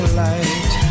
light